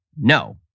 No